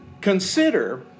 consider